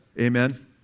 amen